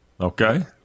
Okay